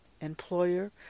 employer